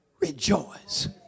rejoice